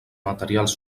materials